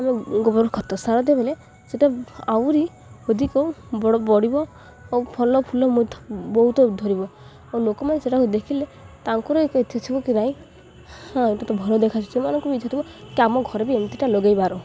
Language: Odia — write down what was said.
ଆମେ ଗୋବର ଖତ ସାର ଦେବେଲେ ସେଟା ଆହୁରି ଅଧିକ ବଡ଼ ବଢ଼ି ବ ଆଉ ଫଳ ଫୁଲ ମଧ୍ୟ ବହୁତ ଧରିବ ଆଉ ଲୋକମାନେ ସେଟାକୁ ଦେଖିଲେ ତାଙ୍କର ଏକ ଥିବ କି ନାହିଁ ହଁ ଏ ତ ଭଲ ଦେଖା ଥିବ କି ଆମ ଘର ବି ଏମିତିଟା ଲଗାଇବାର